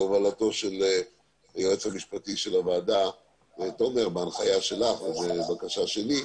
בהובלתו של היועץ המשפטי של הוועדה תומר ובהנחיה שלך ובקשה שלי,